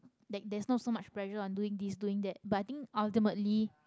like there's not so much pressure on doing this doing that but i think ultimately